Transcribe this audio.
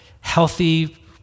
healthy